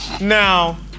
Now